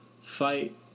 fight